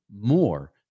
more